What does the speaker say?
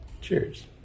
cheers